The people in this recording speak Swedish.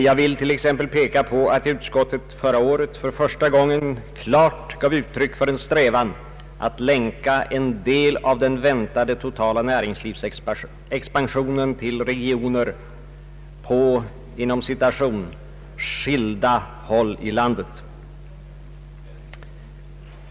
Jag vill t.ex. peka på att utskottet förra året för första gången klart gav uttryck för en strävan att länka en del av den väntade totala näringslivsexpansionen till regioner ”på skilda håll i landet”.